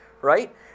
right